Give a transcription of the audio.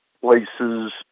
places